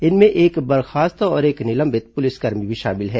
इनमें एक बर्खास्त और एक निलंबित पुलिसकर्मी भी शामिल हैं